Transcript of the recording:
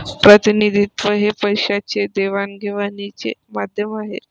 प्रतिनिधित्व हे पैशाच्या देवाणघेवाणीचे माध्यम आहे